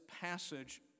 passage